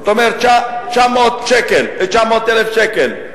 זאת אומרת 900,000 שקל.